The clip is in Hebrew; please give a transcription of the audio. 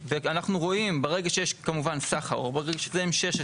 ברגע שיש סחר או שזה M-16,